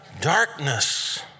Darkness